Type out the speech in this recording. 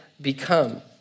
become